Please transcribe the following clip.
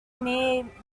mere